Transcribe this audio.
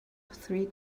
three